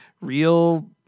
real